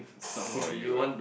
it's not for you ah